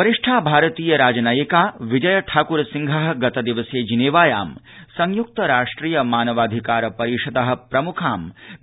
वरिष्ठा भारतीय राजनयिका विजय ठाकुर सिंहः गतदिवसे जिनेवायां संयुक्तराष्ट्रिय मानवाधिकार परिषदः प्रमुखां